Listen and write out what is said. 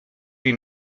die